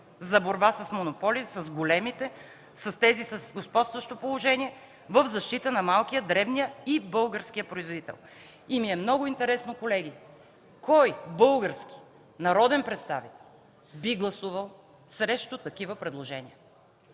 за борба с монополите – с големите, с тези с господстващо положение, в защита на малкия, дребния и български производител. Колеги, много ми е интересно: кой български народен представител би гласувал срещу такива предложения,